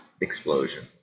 explosion